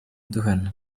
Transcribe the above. duhana